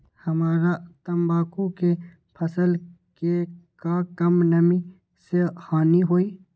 हमरा तंबाकू के फसल के का कम नमी से हानि होई?